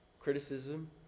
criticism